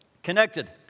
Connected